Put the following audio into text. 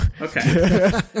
Okay